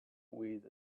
with